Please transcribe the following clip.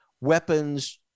weapons